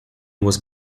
was